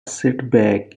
setback